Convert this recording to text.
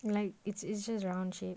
like it's it's just round shape